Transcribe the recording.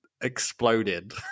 exploded